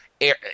air